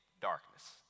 darkness